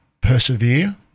persevere